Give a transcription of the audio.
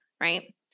right